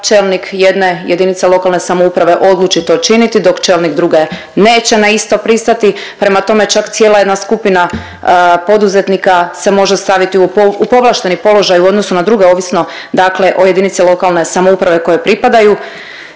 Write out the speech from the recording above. čelnik jedne JLS odluči to činiti dok čelnik druge neće na isto pristati. Prema tome, čak cijela jedna skupina poduzetnika se može staviti u povlašteni položaj u odnosu na druge ovisno dakle o JLS kojoj pripadaju